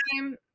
time